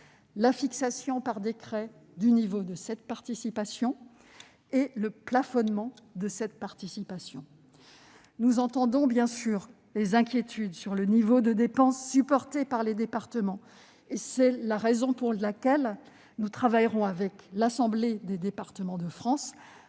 la fixation par décret du niveau de cette participation et le plafonnement de celle-ci. Nous entendons, bien sûr, les inquiétudes sur le niveau de dépenses que devront supporter les départements, raison pour laquelle nous travaillerons avec l'Assemblée des départements de France